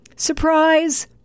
Surprise